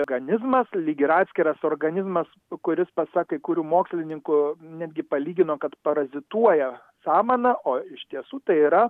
organizmas lyg yra atskiras organizmas kuris pasak kai kurių mokslininkų netgi palygino kad parazituoja samana o iš tiesų tai yra